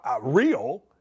real